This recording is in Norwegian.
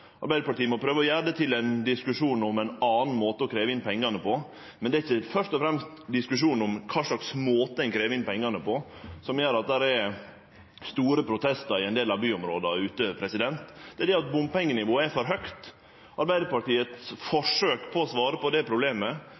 Arbeidarpartiet må prøve å gjere det til ein diskusjon om ein annan måte å krevje inn pengane på, men det er ikkje først og fremst diskusjonen om kva slags måte ein krev inn pengane på som gjer at det er store protestar i ein del av byområda ute; det er det at bompengenivået er for høgt. Arbeidarpartiets forsøk på å svare på det problemet